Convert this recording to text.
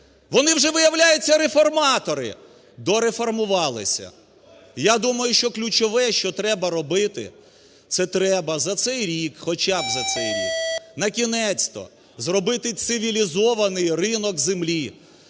вони вже, виявляється, реформатори. Дореформувалися! Я думаю, що ключове, що треба робити, це треба за цей рік, хоча б за цей рік накінець-то зробити цивілізований ринок землі,